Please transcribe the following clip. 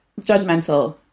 Judgmental